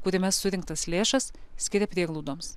kuriame surinktas lėšas skiria prieglaudoms